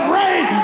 rain